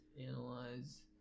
Analyze